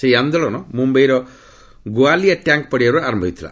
ସେହି ଆନ୍ଦୋଳନ ମୁମ୍ୟାଇର ଗୋଆଲିଆ ଟ୍ୟାଙ୍କ୍ ପଡ଼ିଆରୁ ଆରମ୍ଭ ହୋଇଥିଲା